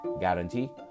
guarantee